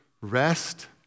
rest